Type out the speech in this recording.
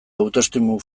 autoestimu